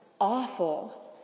awful